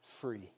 free